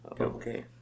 Okay